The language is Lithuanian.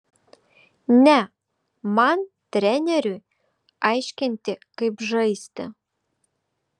ne man treneriui aiškinti kaip žaisti